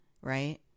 right